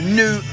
new